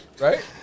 Right